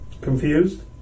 Confused